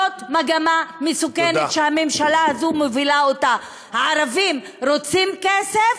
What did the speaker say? זאת מגמה מסוכנת שהממשלה הזאת מובילה אותה: הערבים רוצים כסף,